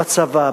בצבא,